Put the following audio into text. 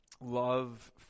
love